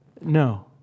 No